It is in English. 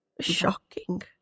Shocking